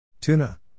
Tuna